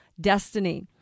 destiny